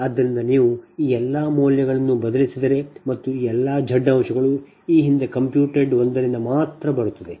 ಆದ್ದರಿಂದ ಒಮ್ಮೆ ನೀವು ಈ ಎಲ್ಲಾ ಮೌಲ್ಯಗಳನ್ನು ಬದಲಿಸಿದರೆ ಮತ್ತು ಈ ಎಲ್ಲಾ Z ಅಂಶಗಳು ಈ ಹಿಂದೆ ಕಂಪ್ಯೂಟೆಡ್ ಒಂದರಿಂದ ಮಾತ್ರ ಬರುತ್ತವೆ